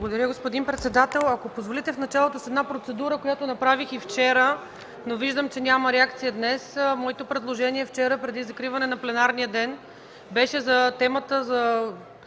Благодаря, господин председател. Ако позволите, в началото с една процедура, която направих и вчера, но виждам, че днес няма реакция. Предложението ми вчера преди закриване на пленарния ден беше по Закона за